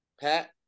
Pat